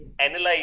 analyze